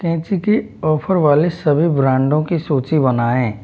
कैंची के ऑफ़र वाले सभी ब्रांडों की सूची बनाएँ